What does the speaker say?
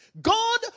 God